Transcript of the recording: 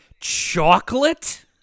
chocolate